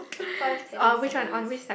five tennis balls